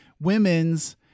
women's